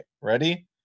Ready